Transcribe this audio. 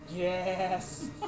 Yes